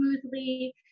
smoothly